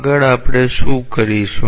આગળ આપણે શું કરીશું